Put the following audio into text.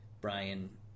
Brian